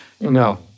no